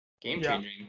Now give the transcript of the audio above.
game-changing